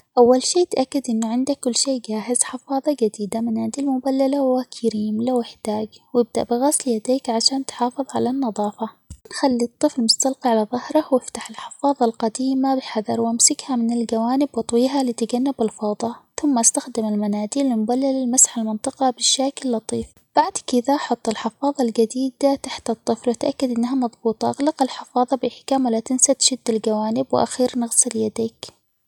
أول شيء تأكد إنه عندك كل شيء جاهز حفاضة جديدة، مناديل مبللة ،وكريم لو احتاج ،وابدأ بغسل يديك عشان تحافظ على النضافة ،خلي الطفل مستلقي على ظهره وافتح الحفاظة القديمة بحذر وامسكها من الجوانب واطويها لتجنب الفوضى ثم استخدم المناديل المبللة لمسح المنطقة بشكل لطيف بعد كذا حط الحفاظة الجديدة تحت الطفل، وتاكد انها مضبوطه اغلق الحفاظه بإحكام ،ولا تنسى تشد الجوانب ،وأخيرا اغسل يديك.